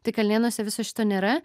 tai kalnėnuose viso šito nėra